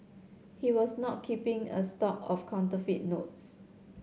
he was not keeping a stock of counterfeit notes